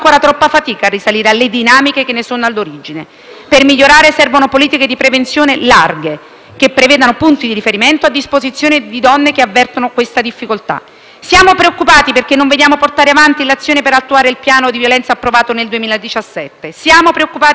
Per migliorare servono politiche di prevenzione larghe, che prevedano punti di riferimento a disposizione delle donne che avvertono questa difficoltà. Siamo preoccupati perché non vediamo portare avanti l'azione per attuare il piano nazionale approvato nel 2017. Siamo preoccupati perché vediamo fermi i protocolli sulla formazione, quelli già firmati